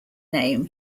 name